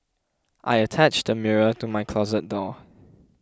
I attached a mirror to my closet door